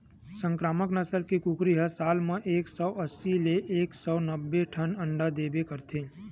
संकरामक नसल के कुकरी ह साल म एक सौ अस्सी ले एक सौ नब्बे ठन अंडा देबे करथे